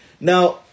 Now